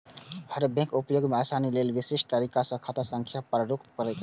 हर bank उपयोग मे आसानी लेल विशिष्ट तरीका सं खाता संख्या प्रारूपित करै छै